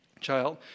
child